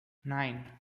nine